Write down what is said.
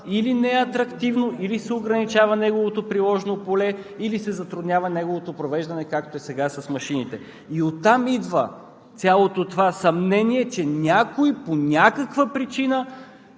или неатрактивно, или се ограничава неговото приложно поле, или се затруднява неговото провеждане, както е сега, с машините и оттам идва цялото това съмнение, че някой по някаква причина